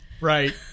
Right